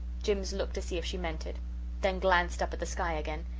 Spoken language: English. jims looked to see if she meant it then glanced up at the sky again.